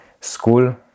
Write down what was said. school